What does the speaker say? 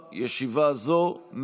16:00.